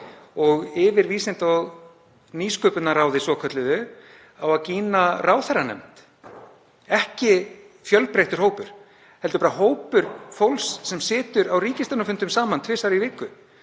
Yfir Vísinda- og nýsköpunarráði svokölluðu á að gína ráðherranefnd, ekki fjölbreyttur hópur heldur bara hópur fólks sem situr á ríkisstjórnarfundum saman tvisvar í viku.